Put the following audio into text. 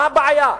מה הבעיה?